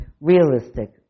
realistic